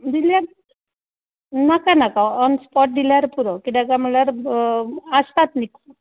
दिल्यार नाका नाका ऑन स्पोट दिल्यार पुरो कित्याक काय म्हणल्यार आसतात न्हय